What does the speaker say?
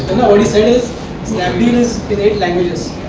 and but what he said is snapdeal is in eight languages